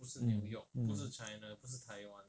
mm mm